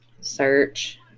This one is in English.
Search